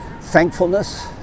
thankfulness